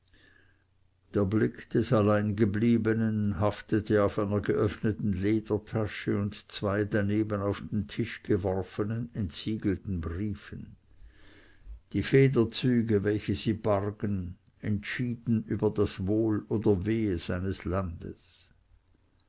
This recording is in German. der blick des alleingebliebenen haftete auf einer geöffneten ledertasche und zwei daneben auf den tisch geworfenen entsiegelten briefen die federzüge welche sie bargen entschieden über das wohl oder wehe seines landes